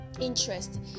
interest